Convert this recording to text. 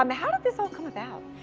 um how did this all come about?